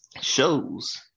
shows